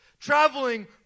traveling